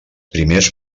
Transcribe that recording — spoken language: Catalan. primers